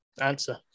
answer